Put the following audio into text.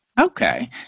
okay